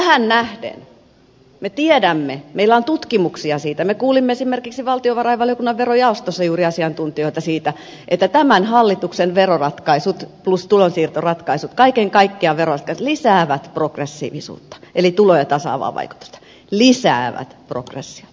tähän nähden me tiedämme meillä on tutkimuksia siitä me kuulimme esimerkiksi valtiovarainvaliokunnan verojaostossa juuri asiantuntijoita siitä että tämän hallituksen veroratkaisut plus tulonsiirtoratkaisut kaiken kaikkiaan veroratkaisut lisäävät progressiivisuutta eli tuloja tasaavaa vaikutusta lisäävät progressiota